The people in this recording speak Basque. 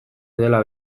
dela